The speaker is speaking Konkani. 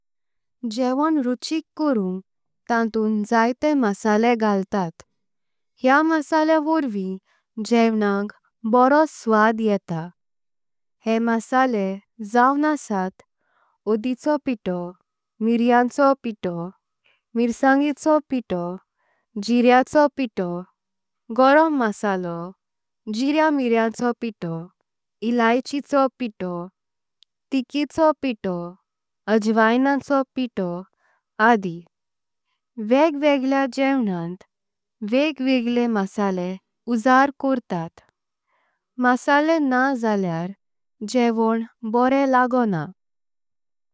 जेवण रुचिक करुंक तांतूं जायते मसाले घालतात। हेया मसाल्या वरवीं जेवणाक बरो स्वाद येता हे। मसाले जाऊन असत ओदिचों पित्तों मिरीयांचों पित्तों। मिर्शांचेचों पित्तों, जीरेंचों पित्तों, गोरम मसालों। जीरें मिरीयांचों पित्तों, इलायचिचों पित्तों, तिकिचों पित्तों। अजवायंचों पित्तों आदि वेग वेगल्लेया जेवणांत वेग वेगल्ले। मसाले उजार कर्तात मसाले ना जाल्यार जेवण बोरें लागोना।